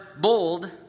bold